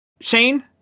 shane